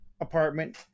apartment